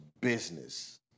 business